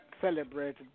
celebrated